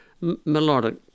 melodic